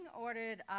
ordered